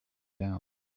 down